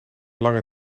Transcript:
lange